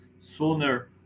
sooner